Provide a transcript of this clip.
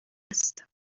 است